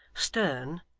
stern,